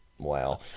Wow